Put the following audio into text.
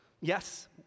Yes